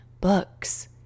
books